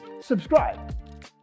subscribe